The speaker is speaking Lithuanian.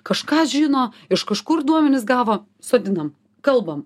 kažką žino iš kažkur duomenis gavo sodinam kalbam